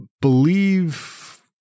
believe